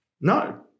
no